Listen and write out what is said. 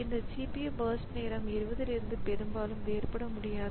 இந்த CPU burst நேரம் 20 இலிருந்து பெரும்பாலும் வேறுபட முடியாது